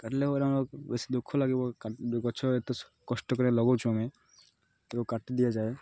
କାଟିଲେ ବୋଲେ ଆମର ବେଶୀ ଦୁଃଖ ଲାଗିବ ଗଛ ଏତେ କଷ୍ଟକରେ ଲଗଉଛୁ ଆମେ ତାକୁ କାଟି ଦିଆଯାଏ